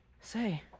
Say